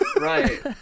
right